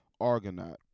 argonaut